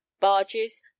barges